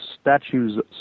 statue's